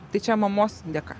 tai čia mamos dėka